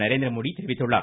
நரேந்திரமோடி தெரிவித்துள்ளார்